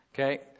Okay